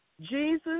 Jesus